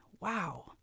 Wow